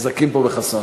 חזקים פה בחסוֹן.